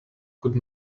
could